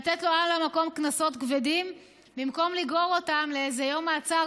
לתת על המקום קנסות כבדים במקום לגרור אותם לאיזה יום מעצר,